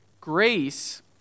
Grace